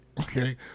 Okay